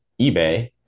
eBay